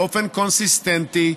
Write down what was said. באופן קונסיסטנטי,